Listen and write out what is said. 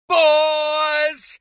boys